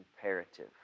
imperative